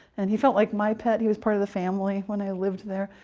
and he felt like my pet, he was part of the family when i lived there.